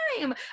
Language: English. time